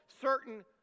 certain